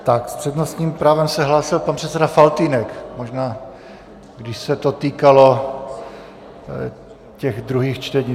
S přednostním právem se hlásil pan předseda Faltýnek, možná by se to týkalo těch druhých čtení.